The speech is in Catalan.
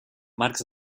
marcs